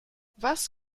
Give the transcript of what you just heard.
was